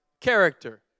character